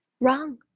wrong